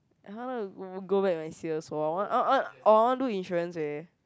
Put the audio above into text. ah [huh] want to go go back next year I want I want I want to do insurance eh